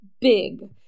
big